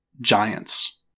giants